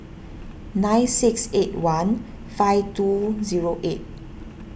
nine six eight one five two zero eight